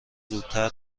زودتر